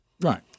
Right